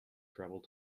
travel